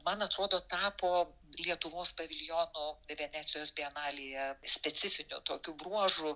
man atrodo tapo lietuvos paviljonų venecijos bienalėje specifiniu tokiu bruožu